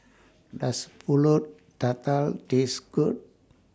Does Pulut Tatal Taste Good